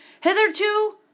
hitherto